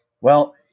Well-